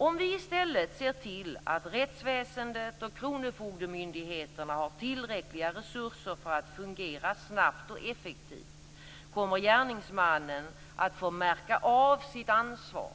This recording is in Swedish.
Om vi i stället ser till att rättsväsendet och kronofogdemyndigheterna har tillräckliga resurser för att fungera snabbt och effektivt kommer gärningsmannen att få märka av sitt ansvar